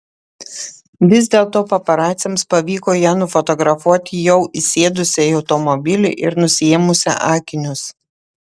vis dėlto paparaciams pavyko ją nufotografuoti jau įsėdusią į automobilį ir nusiėmusią akinius